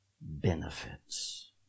benefits